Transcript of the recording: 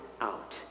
out